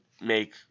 make